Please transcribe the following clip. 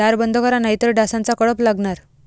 दार बंद करा नाहीतर डासांचा कळप लागणार